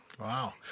Wow